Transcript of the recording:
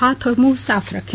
हाथ और मुंह साफ रखें